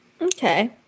Okay